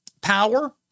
power